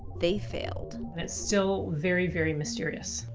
they failed. and it's still very, very mysterious.